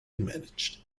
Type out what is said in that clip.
managed